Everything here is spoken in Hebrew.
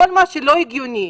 כל מה שלא הגיוני,